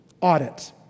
audit